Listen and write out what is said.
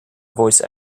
voice